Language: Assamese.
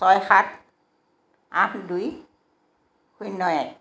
ছয় সাত আঠ দুই শূন্য এক